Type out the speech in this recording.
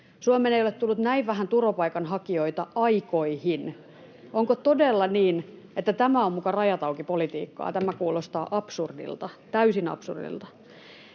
Suomeen ei ole tullut näin vähän turvapaikanhakijoita aikoihin. Onko todella niin, että tämä on muka rajat auki -politiikkaa? Tämä kuulostaa absurdilta, täysin absurdilta.